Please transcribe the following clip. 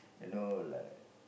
you know like